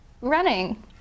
running